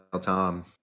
Tom